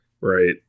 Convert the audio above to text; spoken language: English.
Right